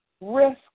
risk